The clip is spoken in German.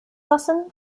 lassen